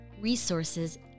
resources